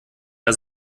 der